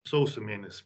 sausio mėnesį